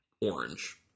orange